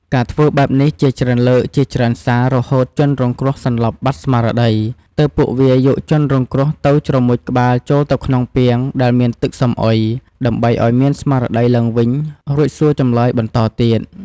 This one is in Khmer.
ការធ្វើបែបនេះជាច្រើនលើកជាច្រើនសាររហូតជនរងគ្រោះសន្លប់បាត់ស្មារតី ទើបពួកវាយកជនរងគ្រោះជ្រមុជក្បាលចូលទៅក្នុងពាងដែលមានទឹកសំអុយដើម្បីអោយមានស្មារតីឡើងវិញរួចសួរចម្លើយ បន្ដទៀត។